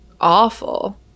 awful